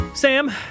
Sam